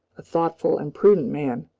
a thoughtful and prudent man.